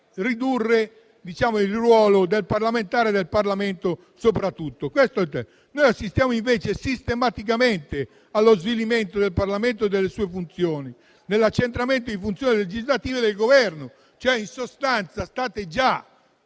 ridurre il ruolo del parlamentare e del Parlamento. Noi assistiamo sistematicamente allo svilimento del Parlamento e delle sue funzioni nell'accentramento delle funzioni legislative nel Governo. In sostanza, state già